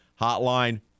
Hotline